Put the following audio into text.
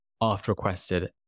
oft-requested